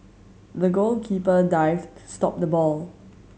the goalkeeper dived to stop the ball